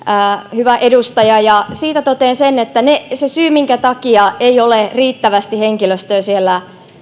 hyvä edustaja ja siitä totean sen että se syy minkä takia ei ole riittävästi henkilöstöä siellä